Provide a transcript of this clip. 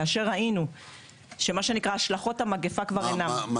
כאשר ראינו שמה שנקרא השלכות המגפה כבר אינן --- מה